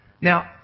Now